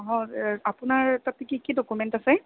হয় আপোনাৰ তাতে কি কি ডকুমেণ্ট আছে